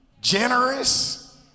generous